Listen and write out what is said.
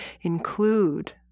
include